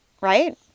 Right